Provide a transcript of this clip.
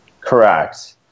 Correct